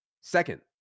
Second